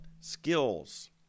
skills